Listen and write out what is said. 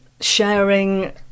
sharing